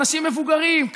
אנשים מבוגרים,